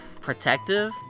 protective